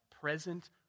present